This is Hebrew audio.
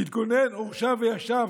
התגונן, הורשע וישב,